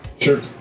Sure